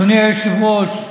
אדוני היושב-ראש,